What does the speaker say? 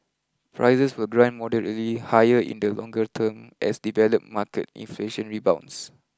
prices will grind moderately higher in the longer term as develop market inflation rebounds